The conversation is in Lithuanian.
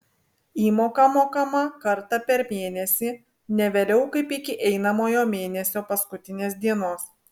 įmoka mokama kartą per mėnesį ne vėliau kaip iki einamojo mėnesio paskutinės dienos